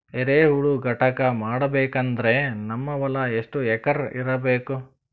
ಎರೆಹುಳ ಘಟಕ ಮಾಡಬೇಕಂದ್ರೆ ನಮ್ಮ ಹೊಲ ಎಷ್ಟು ಎಕರ್ ಇರಬೇಕು?